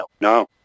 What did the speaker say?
No